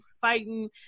fighting